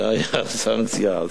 זו היתה הסנקציה אז.